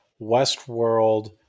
Westworld